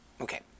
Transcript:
okay